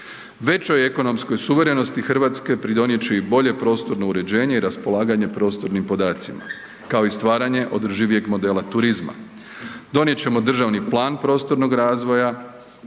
Većoj ekonomskoj suverenosti Hrvatske pridonijet će i bolje prostorno uređenje i raspolaganje prostornim podacima, kao i stvaranje održivijeg modela turizma. Donijet ćemo državni plan prostornog razvoja,